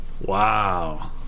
Wow